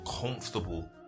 comfortable